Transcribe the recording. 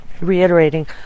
reiterating